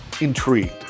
intrigued